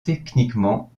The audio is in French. techniquement